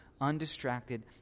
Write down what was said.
undistracted